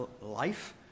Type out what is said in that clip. Life